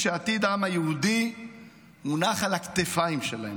שעתיד העם היהודי מונח על הכתפיים שלהם.